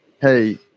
hey